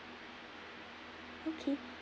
okay